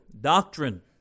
Doctrine